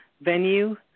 venue